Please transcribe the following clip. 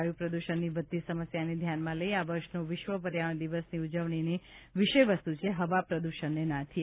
વાયુ પ્રદૂષણની વધતી સમસ્યાને ધ્યાનમાં લઈ આ વર્ષનો વિશ્વ પર્યાવરણ દિવસની ઉજવણીની વિષયવસ્તુ છે હવા પ્રદૂષણને નેથીએ